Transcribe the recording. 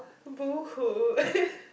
boohoo